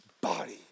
body